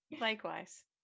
Likewise